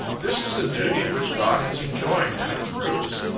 this is a duty which god has enjoined and approves.